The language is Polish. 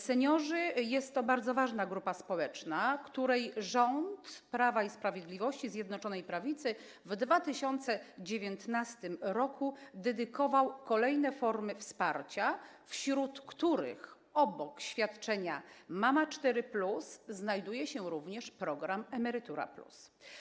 Seniorzy jest to bardzo ważna grupa społeczna, której rząd Prawa i Sprawiedliwości - Zjednoczonej Prawicy w 2019 r. dedykował kolejne formy wsparcia, wśród których obok świadczenia „Mama 4+” znajduje się również program „Emerytura+”